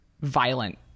violent